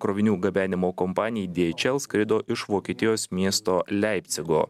krovinių gabenimo kompanijai dieičel skrido iš vokietijos miesto leipcigo